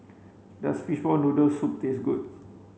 does fishball noodle soup taste good